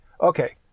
okay